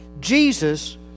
Jesus